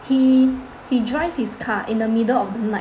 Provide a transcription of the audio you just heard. he he drive his car in the middle of the night